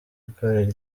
ukorera